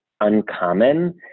uncommon